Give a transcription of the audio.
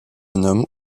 nomme